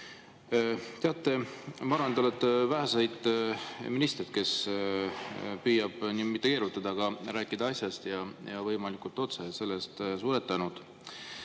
Teate, ma arvan, et te olete väheseid ministreid, kes püüab mitte keerutada, vaid rääkida asjast ja võimalikult otse. Selle eest suur tänu!